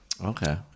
Okay